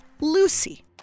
Lucy